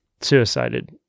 Suicided